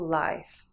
life